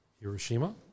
Hiroshima